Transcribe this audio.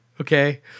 okay